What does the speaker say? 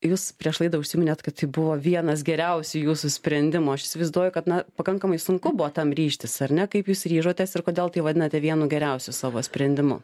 jūs prieš laidą užsiminėt kad tai buvo vienas geriausių jūsų sprendimų aš įsivaizduoju kad na pakankamai sunku buvo tam ryžtis ar ne kaip jūs ryžotės ir kodėl tai vadinate vienu geriausiu savo sprendimu